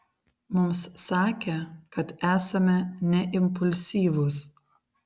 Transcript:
mums sakė kad esame neimpulsyvūs